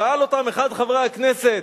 שאל אותם אחד מחברי הכנסת: